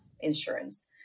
insurance